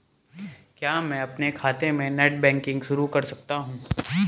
क्या मैं अपने खाते में नेट बैंकिंग शुरू कर सकता हूँ?